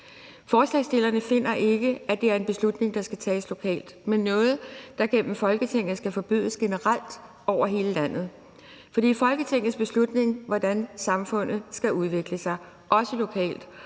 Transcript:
Forslagsstillerne finder ikke, at det er en beslutning, der skal tages lokalt, men noget, der gennem Folketinget skal forbydes generelt over hele landet. For det er Folketingets beslutning, hvordan samfundet skal udvikle sig, også lokalt,